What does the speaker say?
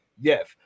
yes